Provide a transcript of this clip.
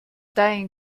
dein